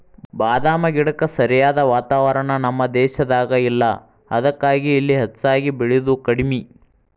ಬಾದಾಮ ಗಿಡಕ್ಕ ಸರಿಯಾದ ವಾತಾವರಣ ನಮ್ಮ ದೇಶದಾಗ ಇಲ್ಲಾ ಅದಕ್ಕಾಗಿ ಇಲ್ಲಿ ಹೆಚ್ಚಾಗಿ ಬೇಳಿದು ಕಡ್ಮಿ